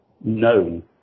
known